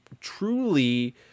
truly